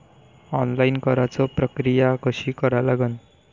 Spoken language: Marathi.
ऑनलाईन कराच प्रक्रिया कशी करा लागन?